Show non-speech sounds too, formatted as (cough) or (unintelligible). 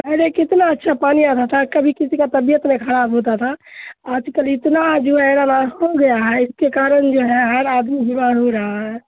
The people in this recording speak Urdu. پہلے کتنا اچھا پانی آتا تھا کبھی کسی کا طبیعت نہیں خراب ہوتا تھا آج کل اتنا جو ہے (unintelligible) ہو گیا ہے اس کے کارن جو ہے ہر آدمی بیمار ہو رہا ہے